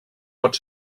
pot